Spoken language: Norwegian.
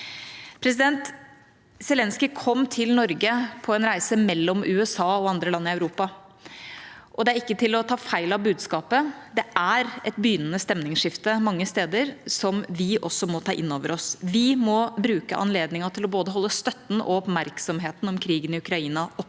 angrepene. Zelenskyj kom til Norge på en reise mellom USA og andre land i Europa, og det er ikke til å ta feil av budskapet. Det er et begynnende stemningsskifte mange steder, som vi også må ta inn over oss. Vi må bruke anledningen til å holde både støtten og oppmerksomheten om krigen i Ukraina oppe.